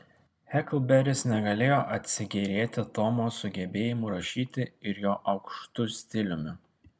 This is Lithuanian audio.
heklberis negalėjo atsigėrėti tomo sugebėjimu rašyti ir jo aukštu stiliumi